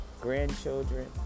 Grandchildren